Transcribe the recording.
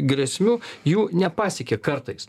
grėsmių jų nepasiekia kartais